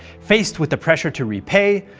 faced with the pressure to repay,